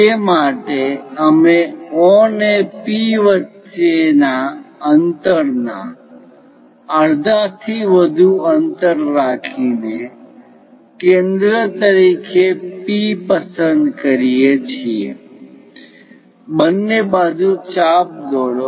તે માટે અમે O ને P વચ્ચે ના અંતર ના અડધાથી વધુ અંતર રાખીને કેન્દ્ર તરીકે P પસંદ કરીને છીએ બંને બાજુ ચાપ દોરો